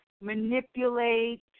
manipulate